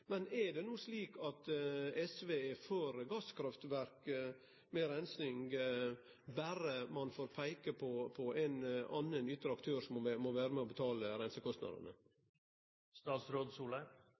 Men er det slik at SV er for gasskraftverk med reinsing berre ein får peike på ein annan ytre aktør som må vere med og betale